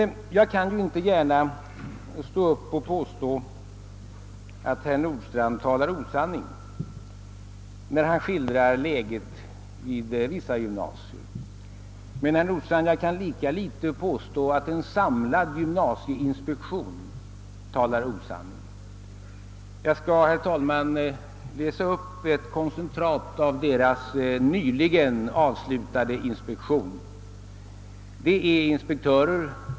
Jag kan ju inte gärna stå upp och påstå, att herr Nordstrandh talar osanning när han skildrar läget vid vissa gymnasier. Men, herr Nordstrandh, jag kan lika litet påstå att en samling gymnasieinspektörer talar osanning. Jag har i min hand, herr talman, ett referat från deras nyligen avslutade inspektion.